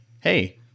hey